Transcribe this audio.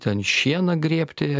ten šieną grėbti